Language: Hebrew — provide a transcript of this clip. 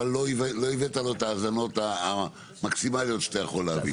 אבל לא הבאת לו את ההזנות המקסימליות שאתה יכול להביא.